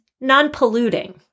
non-polluting